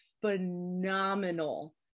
phenomenal